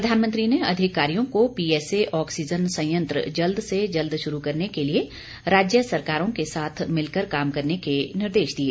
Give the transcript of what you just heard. प्रधानमंत्री ने अधिकारियों को पीएसए ऑक्सीजन संयंत्र जल्द से जल्द शुरु करने के लिए राज्य सरकारों के साथ मिलकर काम करने के निर्देश दिए